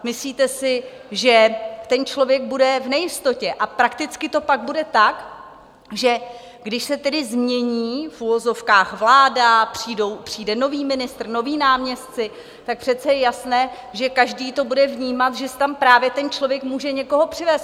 Myslíte si, že ten člověk bude v nejistotě, a prakticky to pak bude tak, že když se tedy změní v uvozovkách vláda, přijde nový ministr, noví náměstci, tak přece je jasné, že každý to bude vnímat, že si tam právě ten člověk může někoho přivést.